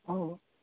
हौ